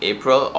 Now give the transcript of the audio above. April